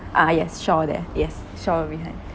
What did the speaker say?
ah yes Shaw there yes Shaw behind